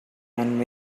and